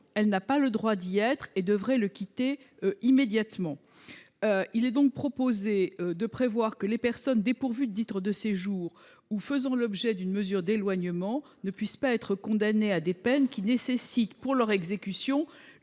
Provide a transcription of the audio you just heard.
elle n’a pas le droit d’y être et devrait le quitter immédiatement. Il est donc proposé de prévoir que les personnes dépourvues de titre de séjour ou faisant l’objet d’une mesure d’éloignement ne pourront être condamnées à des peines qui nécessitent, pour leur exécution,